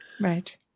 Right